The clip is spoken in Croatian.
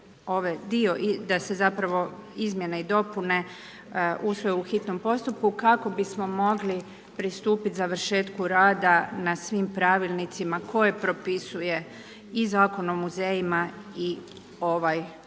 da se zapravo izmjene i dopune usvoje u hitnom postupku kako bismo mogli pristupiti završetku rada na svim pravilnicima koje propisuje i Zakon o muzejima i ovaj zakon.